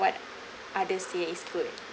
what others say is good